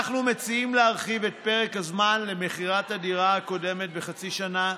אנחנו מציעים להרחיב את פרק הזמן למכירת הדירה הקודמת בחצי שנה,